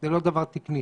זה לא דבר תקני.